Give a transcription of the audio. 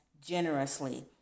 generously